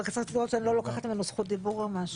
רק רציתי לראות שאני לא לוקחת ממנו זכות דיבור או משהו.